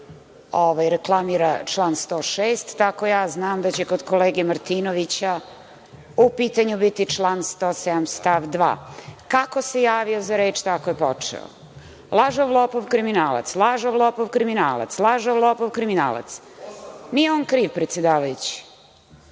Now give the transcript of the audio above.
reklamira član 106, pa tako ja znam da će kod kolege Martinovića u pitanju biti član 107. stav 2.Kako se javio za reč tako je počeo – lažov, lopov, kriminalac, lažov, lopov, kriminalac, lažov, lopov, kriminalac. Nije on kriv, predsedavajući.